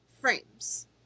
frames